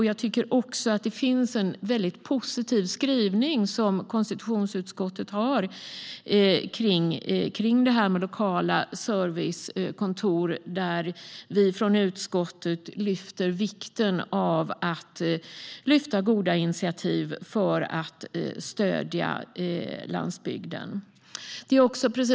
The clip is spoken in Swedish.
Jag tycker också att konstitutionsutskottet har en väldigt positiv skrivning om lokala servicekontor och vikten av att lyfta fram goda initiativ för att stödja landsbygden.